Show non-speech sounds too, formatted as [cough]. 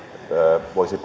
voisi [unintelligible]